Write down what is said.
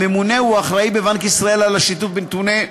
הממונה הוא האחראי בבנק ישראל על השיתוף בנתוני,